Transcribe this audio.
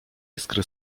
iskry